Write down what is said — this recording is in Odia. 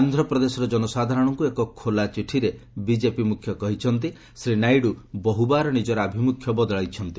ଆନ୍ଧ୍ରପ୍ରଦେଶର ଜନସାଧାରଣଙ୍କୁ ଏକ ଖୋଲା ଚିଠିରେ ବିକେପି ମୁଖ୍ୟ କହିଛନ୍ତି ଶ୍ରୀ ନାଇଡୁ ବହୁବାର ନିଜର ଆଭିମୁଖ୍ୟ ବଦଳାଇଛନ୍ତି